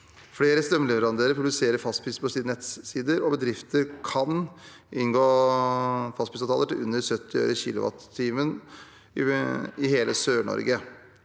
Flere strømleverandører publiserer fastpris på sine nettsider, og bedrifter kan inngå fastprisavtaler til under 70 øre/kWh i hele Sør-Norge.